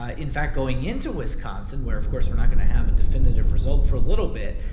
ah in fact, going into wisconsin, where, of course, we're not going to have a definitive result for a little bit,